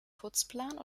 putzplan